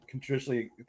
traditionally